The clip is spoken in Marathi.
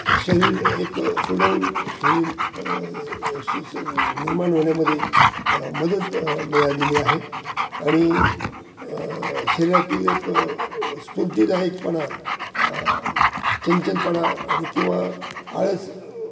शरीर एक सुडौल शरीर शुस्रू निर्माण होण्यामध्ये मदत मिळालेली आहे आणि शरीरातील एक स्फूर्तीदायकपणा चंचलपणा आणि किंवा आळस